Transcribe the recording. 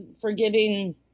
forgiving